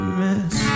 miss